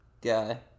guy